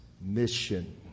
mission